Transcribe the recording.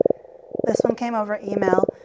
this one came over email.